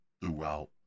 throughout